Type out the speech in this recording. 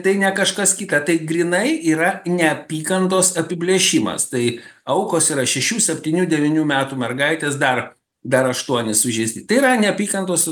tai ne kažkas kita tai grynai yra neapykantos apiplėšimas tai aukos yra šešių septynių devynių metų mergaitės dar dar aštuoni sužeisti tai yra neapykantos